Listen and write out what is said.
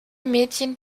mädchen